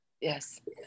Yes